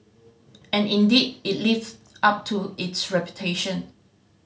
and indeed it lives up to its reputation